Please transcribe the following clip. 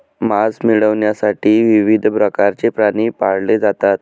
मांस मिळविण्यासाठी विविध प्रकारचे प्राणी पाळले जातात